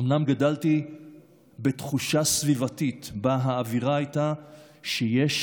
אומנם גדלתי בתחושה סביבתית שבה האווירה הייתה שיש